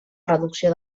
reducció